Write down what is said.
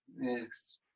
yes